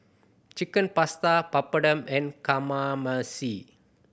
Chicken Pasta Papadum and Kamameshi